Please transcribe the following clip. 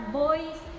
boys